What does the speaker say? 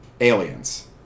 aliens